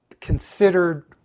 considered